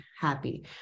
happy